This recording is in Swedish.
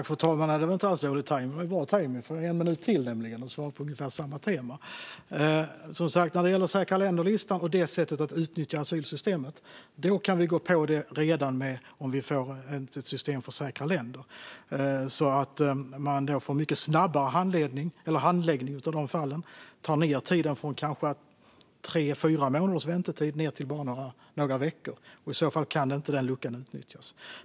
Fru talman! Det var inte alls dålig tajmning. Den var bra, för då får jag en minut till att svara på ungefär samma tema. När det gäller säkra länder-listan och sättet att utnyttja asylsystemet kan vi rå på det redan om vi får ett system för säkra länder. Då får man mycket snabbare handläggning av dessa fall, och man kan få ned väntetiden från kanske tre fyra månader till bara några veckor. I så fall kan den luckan inte utnyttjas.